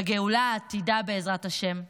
בגאולה העתידה, בעזרת השם,